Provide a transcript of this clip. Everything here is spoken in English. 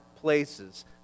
places